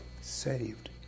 saved